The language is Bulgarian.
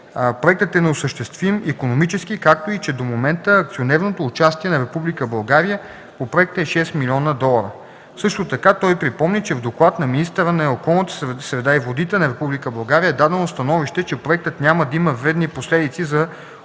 проектът е неосъществим икономически, както и че до момента акционерното участие на Република България по проекта е 6 милиона долара. Също така той припомни, че в доклад на министъра на околната среда и водите на Република България е дадено становище, че проектът няма да има вредни последици за околната